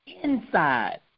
inside